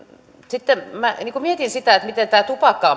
sitten mietin sitä miten tämä tupakka on